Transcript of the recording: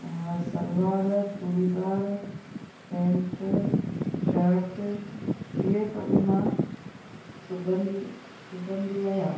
salwar churidar pant shirt इहे सभु मां सिबंदी सिबंदी आहियां